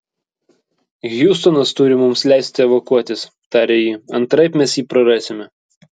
hjustonas turi mums leisti evakuotis tarė ji antraip mes jį prarasime